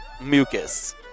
mucus